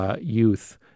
youth